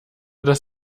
das